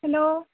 hello